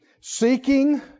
seeking